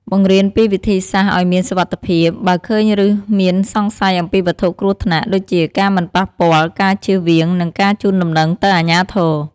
បង្រៀនពីវិធីសាស្ត្រឲ្យមានសុវត្ថិភាព បើឃើញឬមានសង្ស័យអំពីវត្ថុគ្រោះថ្នាក់ ដូចជាការមិនប៉ះពាល់ ការជៀសវាង និងការជូនដំណឹងទៅអាជ្ញាធរ។